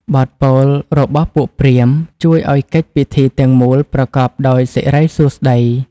បទពោលរបស់ពួកព្រាហ្មណ៍ ជួយឱ្យកិច្ចពិធីទាំងមូលប្រកបដោយសិរីសួស្ដី។